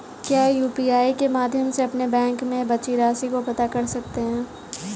क्या यू.पी.आई के माध्यम से अपने बैंक में बची राशि को पता कर सकते हैं?